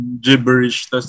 gibberish